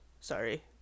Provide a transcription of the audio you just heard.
Sorry